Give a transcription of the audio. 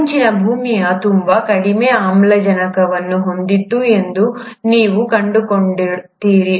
ಮುಂಚಿನ ಭೂಮಿಯು ತುಂಬಾ ಕಡಿಮೆ ಆಮ್ಲಜನಕವನ್ನು ಹೊಂದಿತ್ತು ಎಂದು ನೀವು ಕಂಡುಕೊಳ್ಳುತ್ತೀರಿ